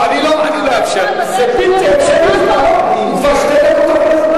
חבר הכנסת יריב לוין, זמנו תם.